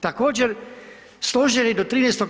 Također, stožer je do 13.